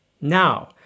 Now